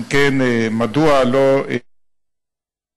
2. אם כן, מדוע לא יינתן המענק